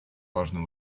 важный